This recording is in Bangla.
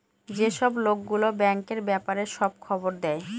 যেসব লোক গুলো ব্যাঙ্কের ব্যাপারে সব খবর দেয়